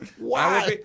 Wow